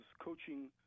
coaching